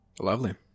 lovely